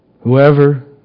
Whoever